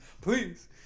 Please